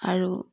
আৰু